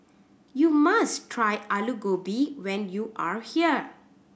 you must try Alu Gobi when you are here